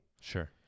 Sure